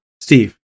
Steve